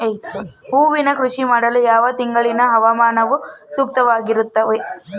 ಹೂವಿನ ಕೃಷಿ ಮಾಡಲು ಯಾವ ತಿಂಗಳಿನ ಹವಾಮಾನವು ಸೂಕ್ತವಾಗಿರುತ್ತದೆ?